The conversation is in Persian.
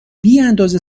بیاندازه